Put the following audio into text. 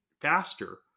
faster